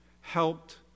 helped